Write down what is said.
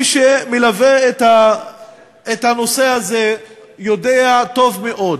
מי שמלווה את הנושא הזה יודע טוב מאוד